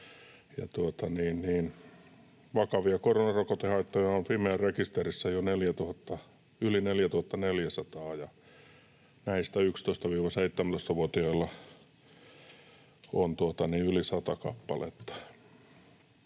vakavia koronarokotehaittoja on Fimean rekisterissä jo yli 4 400, ja näistä 11—17-vuotiailla on yli sata kappaletta.